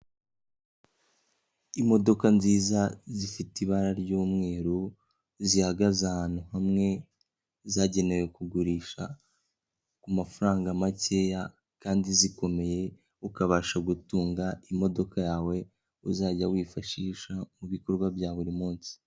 Imodoka nziza zifite ibara ry'umweru zihagaze ahantu hamwe zagenewe kugurisha ku mafaranga makeya kandi zikomeye ukabasha gutunga imodoka yawe uzajya wifashisha mu bikorwa bya buri munsi.